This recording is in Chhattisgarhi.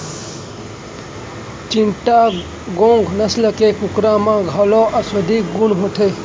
चिटगोंग नसल के कुकरा म घलौ औसधीय गुन होथे